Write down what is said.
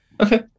Okay